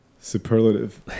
Superlative